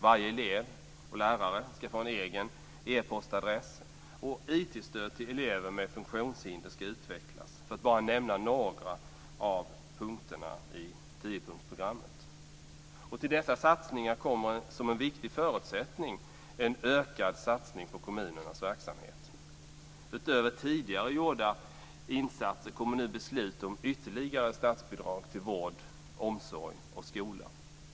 Varje elev och lärare skall få en egen e-postadress, och IT-stöd till elever med funktionshinder skall utvecklas, för att bara nämna några av punkterna i tiopunktsprogrammet. Till dessa satsningar kommer som en viktig förutsättning en ökad satsning på kommunernas verksamhet. Utöver tidigare gjorda insatser kommer nu beslut om ytterligare statsbidrag till vård, omsorg och skola.